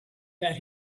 that